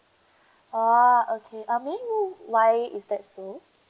oh okay uh may I know why is that so